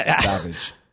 Savage